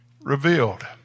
revealed